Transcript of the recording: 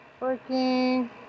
Working